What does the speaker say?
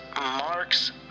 Mark's